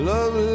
Love